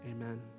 Amen